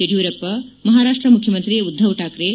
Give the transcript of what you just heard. ಯಡಿಯೂರಪ್ಪ ಮಹಾರಾಷ್ಟ ಮುಖ್ಯಮಂತ್ರಿ ಉದ್ಧವ್ ಶಾಕ್ಷೆ